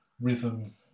rhythm